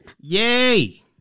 Yay